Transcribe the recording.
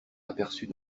aperçut